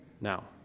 now